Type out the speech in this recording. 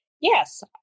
Yes